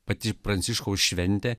pati pranciškaus šventė